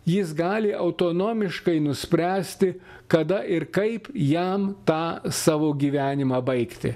jis gali autonomiškai nuspręsti kada ir kaip jam tą savo gyvenimą baigti